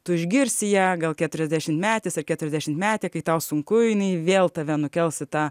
tu išgirsi ją gal keturiasdešimtmetis ar keturiasdešimtmetė kai tau sunku jinai vėl tave nukels į tą